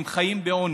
הם חיים בעוני,